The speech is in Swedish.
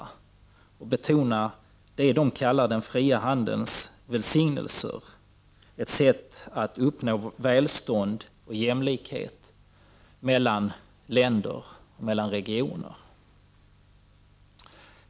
De har betonat vad de kallar frihandelns välsignelser, dvs. ett sätt att uppnå välstånd och jämlikhet mellan länder och regioner.